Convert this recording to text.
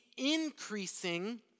increasing